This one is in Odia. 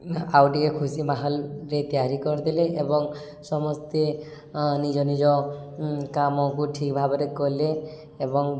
ଆଉ ଟିକେ ଖୁସି ମାହୋଲରେ ତିଆରି କରିଦେଲେ ଏବଂ ସମସ୍ତେ ନିଜ ନିଜ କାମକୁ ଠିକ୍ ଭାବରେ କଲେ ଏବଂ